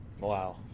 Wow